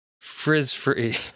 frizz-free